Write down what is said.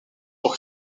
pour